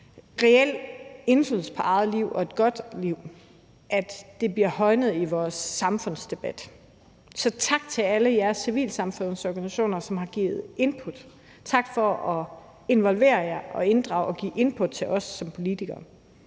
reel indflydelse på eget liv og have et godt liv, har vi brug for, at det bliver højnet i vores samfundsdebat. Så tak til alle jer civilsamfundsorganisationer, som har givet input, tak for at involvere jer og inddrage og give input til os som politikere.